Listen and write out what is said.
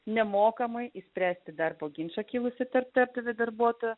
nemokamai išspręsti darbo ginčą kilusį tarp darbdavio ir darbuotojo